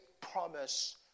promise